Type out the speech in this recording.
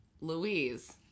Louise